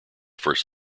first